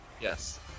Yes